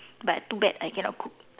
but too bad I cannot cook